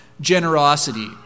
generosity